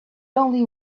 only